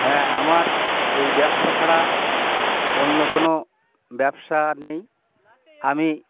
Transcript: হ্যাঁ আমার এই ব্যবসা ছাড়া অন্য কোনো ব্যবসা নেই আমি